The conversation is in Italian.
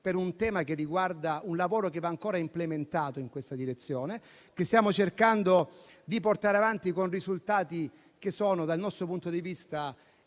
un lavoro che va ancora implementato in questa direzione e che stiamo cercando di portare avanti con risultati che sono, dal nostro punto di vista,